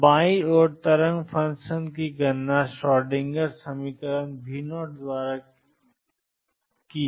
तो बाईं ओर तरंग फ़ंक्शन की गणना श्रोडिंगर समीकरण V0 द्वारा की जाती है